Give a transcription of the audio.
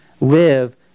live